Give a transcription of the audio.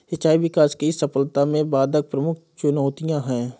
सिंचाई विकास की सफलता में बाधक प्रमुख चुनौतियाँ है